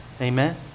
Amen